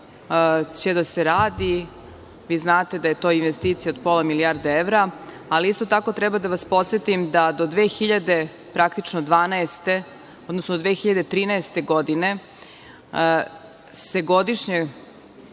će da se radi. Vi znate da je to investicija od pola milijarde evra. Ali, isto tako, treba da vas podsetim da praktično do 2012. odnosno 2013. godine se godišnje